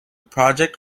project